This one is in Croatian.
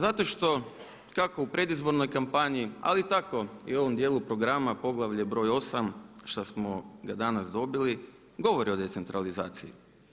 Zato što kako u predizbornoj kampanji ali tako i u ovom dijelu programa Poglavlje br. 8 što smo ga danas dobili govori o decentralizaciji.